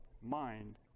mind